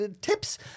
tips